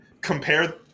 compare